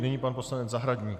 Nyní pan poslanec Zahradník.